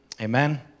Amen